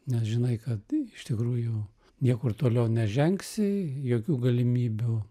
nes žinai kad iš tikrųjų niekur toliau nežengsi jokių galimybių